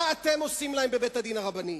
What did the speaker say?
מה אתם עושים להם בבית-הדין הרבני?